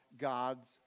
God's